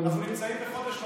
אנחנו נמצאים בחודש נובמבר,